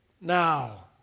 now